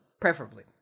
preferably